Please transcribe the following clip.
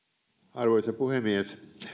arvoisa puhemies